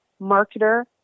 marketer